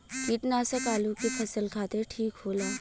कीटनाशक आलू के फसल खातिर ठीक होला